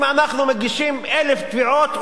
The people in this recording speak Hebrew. אם אנחנו מגישים 1,000 תביעות,